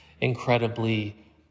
incredibly